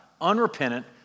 unrepentant